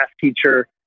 teacher